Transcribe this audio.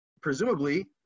presumably